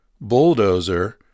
bulldozer